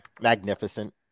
magnificent